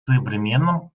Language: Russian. современном